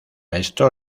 esto